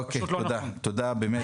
זה פשוט לא נכון שזה לא קורה אף פעם.